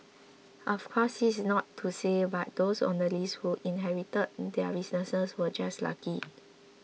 of course this is not to say that those on the list who inherited their businesses were just lucky